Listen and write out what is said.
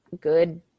good